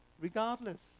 regardless